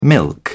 Milk